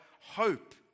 hope